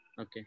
Okay